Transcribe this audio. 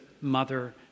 mother